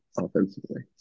offensively